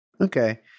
Okay